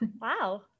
wow